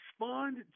respond